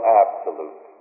absolute